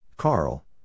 Carl